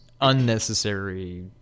Unnecessary